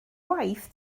waith